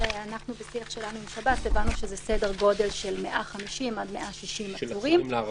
בשיח שלנו עם שב"ס הבנו שזה סדר גודל של 150 עד 160 עצורים.